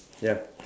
ya